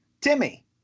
timmy